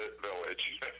Village